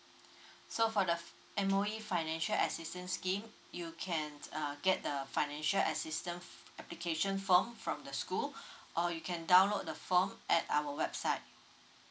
so for the the M_O_E financial assistance scheme you can uh get the a financial assistance application form from the school or you can download the form at our website